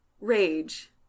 rage